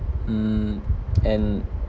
mm and